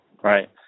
right